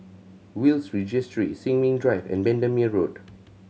Will's Registry Sin Ming Drive and Bendemeer Road